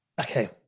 okay